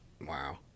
wow